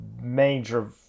major